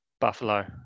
Buffalo